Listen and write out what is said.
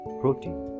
protein